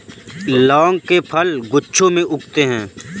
लौंग के फल गुच्छों में उगते हैं